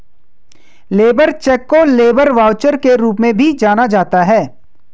labour check को labour voucher के रूप में भी जाना जाता है